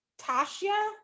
Tasha